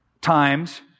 times